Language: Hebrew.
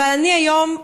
אבל היום,